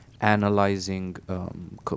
analyzing